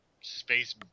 space